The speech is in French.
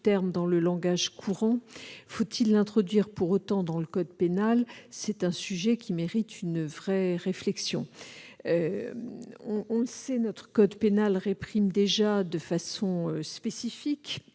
On le sait, notre code pénal réprime déjà de façon spécifique